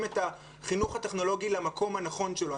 את החינוך הטכנולוגי למקום הנכון שלו.